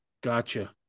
Gotcha